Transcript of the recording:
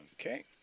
okay